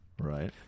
Right